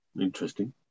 Interesting